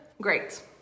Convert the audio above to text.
great